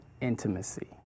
intimacy